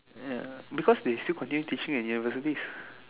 ya because they still continue teaching at universities